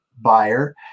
buyer